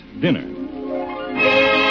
dinner